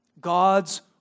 God's